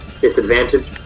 disadvantage